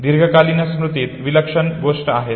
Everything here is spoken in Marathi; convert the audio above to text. दीर्घकालीन स्मृतीत विलक्षण गोष्ट आहेत